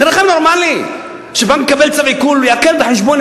נראה לכם נורמלי שמקבל צו עיקול יעקל את החשבון,